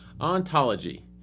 ontology